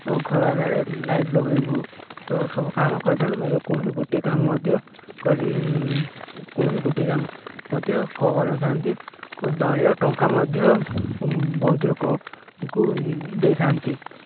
ଓ ଘରେ ଘରେ ଲାଇଟ୍ ଲଗେଇବୁ ସବୁ କାମ କରିଥାନ୍ତି ମାତ୍ର କୌଣସି ଗୋଟିଏ କାମ ମଧ୍ୟ କରି କୌଣସି ଗୋଟିଏ କାମ ମଧ୍ୟ କରିନଥାନ୍ତି ଓ ଦଳୀୟ ଟଙ୍କା ମଧ୍ୟ ବହୁତ ଲୋକଙ୍କୁ ଦେଇଥାନ୍ତି